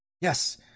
Yes